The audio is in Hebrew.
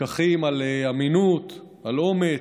לקחים על אמינות, על אומץ.